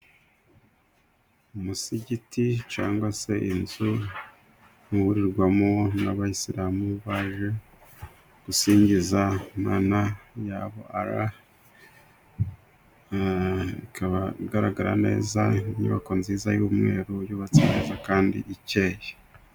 Umusigiti cyangwa se inzu ihurirwamo n'abayisilamu baje gusingiza Imana yabo ala. Ikaba igaragara neza inyubako nziza y'umweru yubatse neza kandi ikeye.